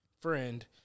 friend